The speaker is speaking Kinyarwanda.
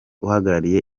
uhagarariye